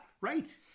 Right